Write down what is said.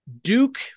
Duke